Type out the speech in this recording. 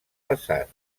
passat